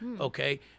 okay